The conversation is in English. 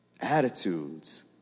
attitudes